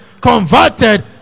converted